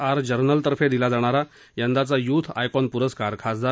R journal तर्फे दिला जाणारा यंदाचा यूथ आयकॉन पुरस्कार खासदार